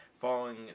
following